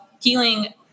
healing